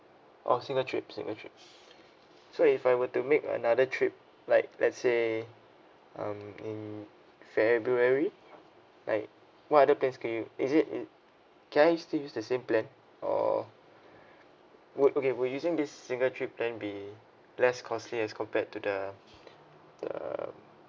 oh single trip single trip so if I were to make another trip like let's say um in february like what other plans can you is it it can I still use the same plan or would okay would using the single trip plan be less costly as compared to the the